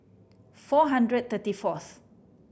four hundred thirty fourth